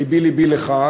לבי לבי עליך,